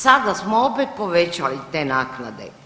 Sada smo opet povećali te naknade.